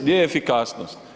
Gdje je efikasnost?